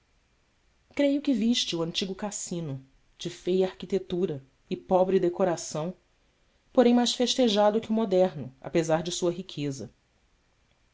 creio que viste o antigo cassino de feia arquitetura e pobre decoração porém mais festejado que o moderno apesar de sua riqueza